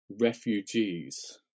refugees